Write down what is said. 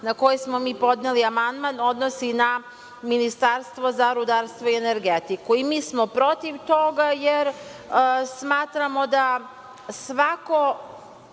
na koji smo mi podneli amandman odnosi na Ministarstvo za rudarstvo i energetiku. Mi smo protiv toga jer smatramo da svako